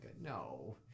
No